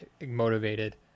motivated